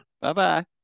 bye-bye